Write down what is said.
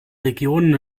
regionen